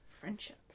Friendship